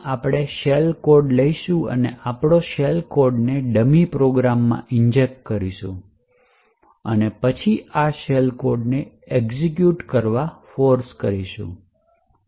આપણે shell code લઈશું અને આપણે શેલ કોડને ડમી પ્રોગ્રામમાં ઇન્જેક્ટ કરીશું અને પછી આ શેલ કોડને એક્ઝેક્યુટ કરવા ફોર્સ કરીશું